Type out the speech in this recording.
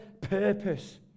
purpose